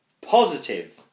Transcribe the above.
positive